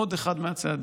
עוד אחד מהצעדים.